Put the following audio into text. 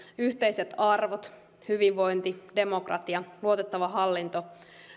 yhteiset arvot hyvinvointi demokratia luotettava hallinto